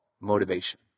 motivation